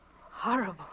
Horrible